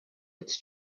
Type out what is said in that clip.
its